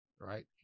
right